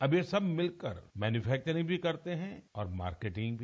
अब ये सब ॅमिलकर मैनूफैक्चरिंग भी करते हैं और मार्केटिंग भी